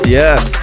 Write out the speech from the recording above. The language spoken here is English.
yes